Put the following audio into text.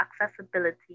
accessibility